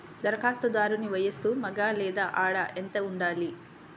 ధరఖాస్తుదారుని వయస్సు మగ లేదా ఆడ ఎంత ఉండాలి?